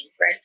right